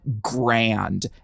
grand